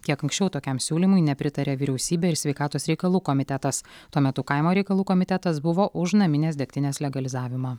kiek anksčiau tokiam siūlymui nepritarė vyriausybė ir sveikatos reikalų komitetas tuo metu kaimo reikalų komitetas buvo už naminės degtinės legalizavimą